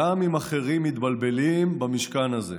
גם אם אחרים מתבלבלים, גם במשכן הזה.